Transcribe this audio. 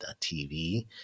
TV